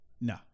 No